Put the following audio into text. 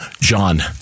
John